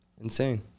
Insane